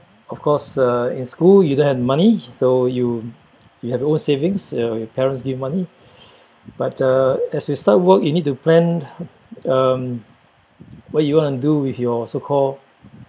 of course uh in school you don't have money so you you have no savings uh your parents give you money but uh as you start work you need to plan um what you want to do with your so call